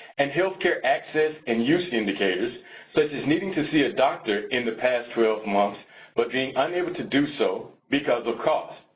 and health care access and use indicators such as needing to see a doctor in the past twelve months but being unable to do so because of cost.